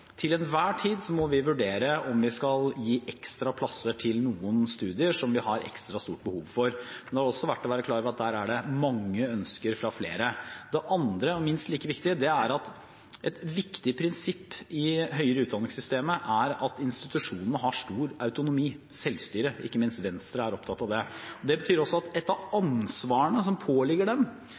til enhver tid må vurdere om vi skal gi ekstra plasser til noen studier som vi har ekstra stort behov for, men det er også verdt å være klar over at der er det mange ønsker fra flere. Det andre og minst like viktige prinsippet i det høyere utdanningssystemet er at institusjonene har stor autonomi, selvstyre, og ikke minst Venstre er opptatt av det. Det betyr også at noe av det ansvaret som påligger dem,